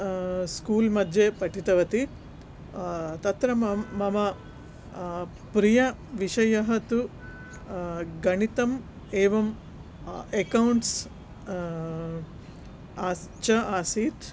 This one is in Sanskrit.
स्कूल् मध्ये पठितवति तत्र मम मम प्रियविषयः तु गणितं एवं एकौण्ट्स् च आसीत्